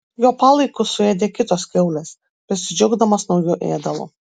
jo palaikus suėdė kitos kiaulės besidžiaugdamos nauju ėdalu